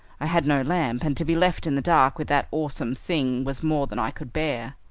i had no lamp, and to be left in the dark with that awesome thing was more than i could bear.